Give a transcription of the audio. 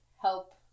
help